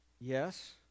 Yes